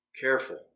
Careful